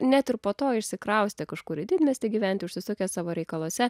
net ir po to išsikraustę kažkur į didmiestį gyventi užsisukę savo reikaluose